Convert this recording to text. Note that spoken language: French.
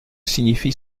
signifie